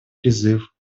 призыв